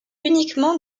uniquement